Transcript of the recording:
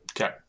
Okay